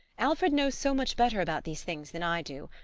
alfred knows so much better about these things than i do.